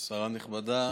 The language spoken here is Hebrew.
שרה נכבדה,